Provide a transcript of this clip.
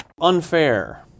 Unfair